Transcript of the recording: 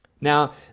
Now